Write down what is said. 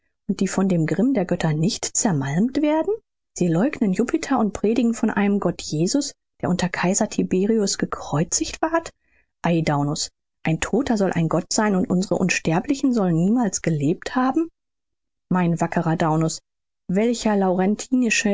und die von dem grimm der götter nicht zermalmt werden sie leugnen jupiter und predigen von einem gott jesus der unter kaiser tiberius gekreuzigt ward ei daunus ein todter soll ein gott sein und unsere unsterblichen sollen niemals gelebt haben mein wackerer daunus welcher